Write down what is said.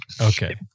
Okay